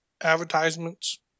advertisements